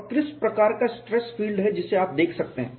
और किस तरह का स्ट्रेस फील्ड है जिसे आप देख सकते हैं